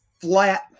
flat